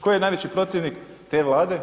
Ko je najveći protivnik te Vlade?